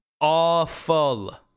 awful